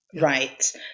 Right